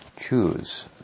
choose